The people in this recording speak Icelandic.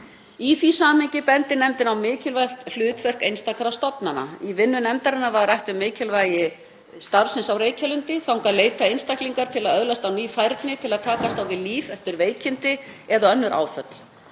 Í því samhengi bendir nefndin á mikilvægt hlutverk einstakra stofnana. Í vinnu nefndarinnar var rætt um mikilvægi starfsins á Reykjalundi. Þangað leita einstaklingar til að öðlast á ný færni til að takast á við líf eftir veikindi eða önnur áföll.